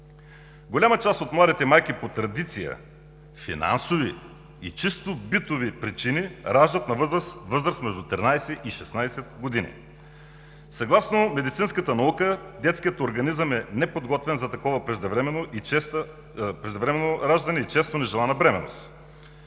Голяма част от младите майки по традиция, финансови и чисто битови причини раждат на възраст между 13 и 16 години. Съгласно медицинската наука детският организъм е неподготвен за такова преждевременно раждане и често нежелана бременност.